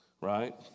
right